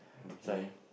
that's why